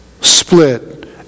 split